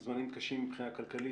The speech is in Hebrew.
הם זמנים קשים מבחינה כלכלית,